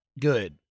good